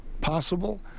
possible